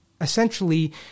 essentially